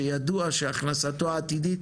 שידוע שהכנסתו העתידית